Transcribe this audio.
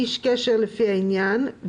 איש קשר, לפי העניין,